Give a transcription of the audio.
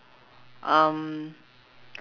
um